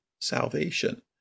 salvation